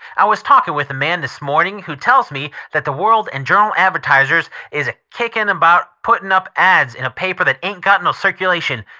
i was talking with a man this morning who tells me that the world and journal advertisers is a-kickin' about putting up for ads in a paper that ain't got no circulation.